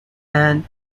and